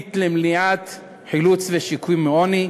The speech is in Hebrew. תוכנית לחילוץ ושיקום מעוני,